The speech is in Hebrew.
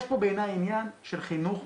יש פה בעיניי עניין של חינוך,